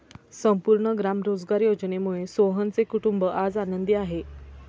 संपूर्ण ग्राम रोजगार योजनेमुळे सोहनचे कुटुंब आज आनंदी आहे